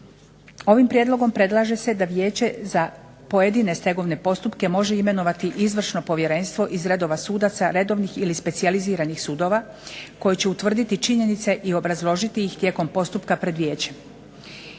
Ovim prijedlogom predlaže se da Vijeće za pojedine stegovne postupke može imenovati izvršno povjerenstvo iz redova sudaca redovnih ili specijaliziranih sudova koji će utvrditi činjenice i obrazložiti ih tijekom postupka pred vijećem.